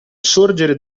sorgere